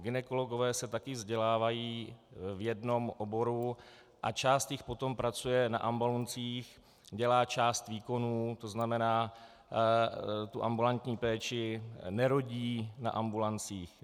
Gynekologové se také vzdělávají v jednom oboru a část jich potom pracuje na ambulancích, dělá část výkonů, to znamená ambulantní péči, nerodí na ambulancích.